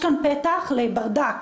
פתח לברדק: